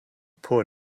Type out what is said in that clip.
poor